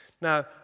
Now